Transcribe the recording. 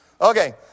okay